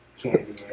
candy